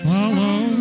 Follow